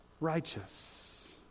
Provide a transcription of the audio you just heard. righteous